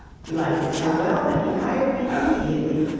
he liked it so well that he hired me immediately,